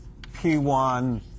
p1